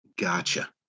Gotcha